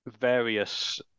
various